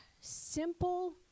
simple